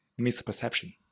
misperception